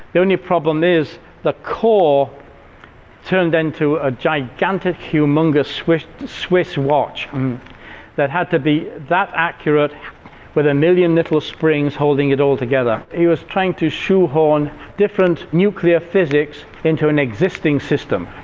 only problem is the core turned into a gigantic humongous humongous swiss watch um that had to be that accurate with a million little springs holding it all together. he was trying to shoehorn different nuclear physics into an existing system.